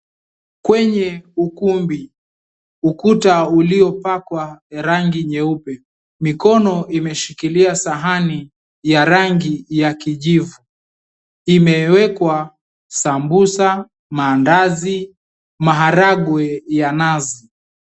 Kwenye ukumbi, ukuta uliopakwa ya rangi nyeupe, mikono imeshikilia sahani ya rangi ya kijivu. Imewekwa sambusa, maandazi, maharagwe ya nazi.